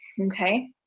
okay